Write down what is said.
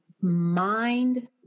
mind